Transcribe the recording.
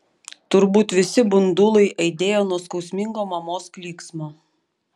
turbūt visi bundulai aidėjo nuo skausmingo mamos klyksmo